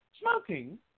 smoking